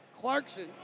Clarkson